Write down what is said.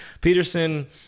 Peterson